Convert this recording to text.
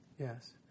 Yes